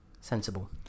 sensible